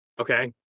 Okay